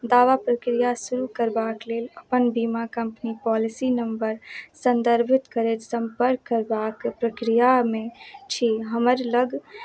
दावा प्रक्रिया शुरू करबाक लेल अपन बीमा कम्पनी पॉलिसी नम्बर सन्दर्भित करैत सम्पर्क करबाक प्रक्रियामे छी हमरालग